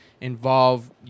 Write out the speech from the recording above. involve